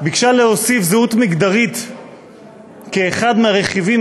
הייתה להוסיף זהות מגדרית כאחד מהרכיבים